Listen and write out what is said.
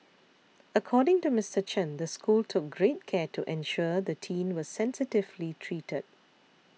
according to Mister Chen the school took great care to ensure the teen was sensitively treated